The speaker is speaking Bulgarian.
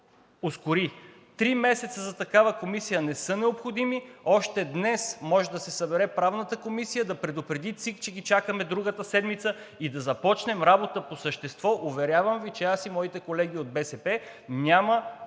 ускори. Три месеца за такава комисия не са необходими. Още днес може да се събере Правната комисия, да предупреди ЦИК, че ги чакаме другата седмица и да започнем работа по същество. Уверявам Ви, че аз и моите колеги от БСП няма